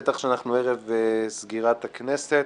בטח שאנחנו ערב סגירת הכנסת.